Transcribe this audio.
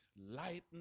Lighten